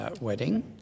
wedding